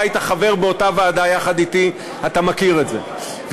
אתה היית חבר באותה ועדה יחד אתי, אתה מכיר את זה.